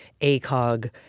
ACOG